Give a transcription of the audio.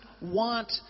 want